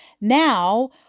Now